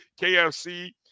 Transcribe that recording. KFC